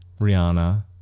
Rihanna